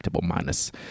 minus